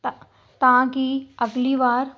ਤਾਂ ਤਾਂ ਕਿ ਅਗਲੀ ਵਾਰ